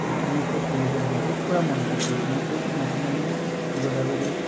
र थुँगे फुल फुलेको हेर्नु चाहिँ पुरा मनपर्छ थुँगे फुल मखमली गदावरी